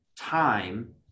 time